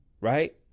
right